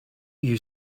you